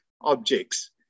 objects